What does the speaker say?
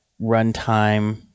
runtime